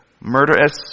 murderous